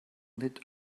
lit